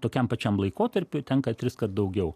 tokiam tokiam pačiam laikotarpiui tenka triskart daugiau